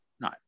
no